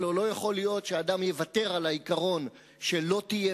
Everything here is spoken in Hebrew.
הלוא לא יכול להיות שאדם יוותר על העיקרון שלא תהיה